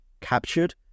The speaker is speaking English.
captured